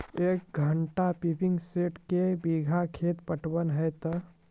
एक घंटा pumping set क्या बीघा खेत पटवन है तो?